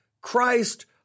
Christ